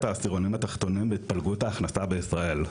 העשירונים התחתונים בהתפלגות ההכנסה בישראל.